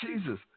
Jesus